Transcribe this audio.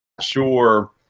sure